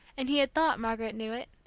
and he had thought margaret knew it.